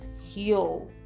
heal